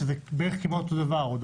שזה כמעט אותו דבר.